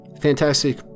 Fantastic